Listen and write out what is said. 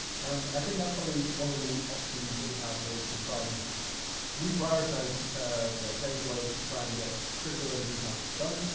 and i think that's probably one of the options that we have here is to try and reprioritize ah the page load to try and get critical rendering path done.